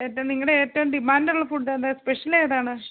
ചേട്ടാ നിങ്ങടെ ഏറ്റവും ഡിമാൻഡുള്ള ഫുഡ് ഏതാണ് സ്പെഷ്യൽ ഏതാണ്